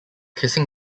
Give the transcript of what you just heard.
kissing